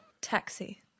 taxi